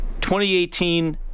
2018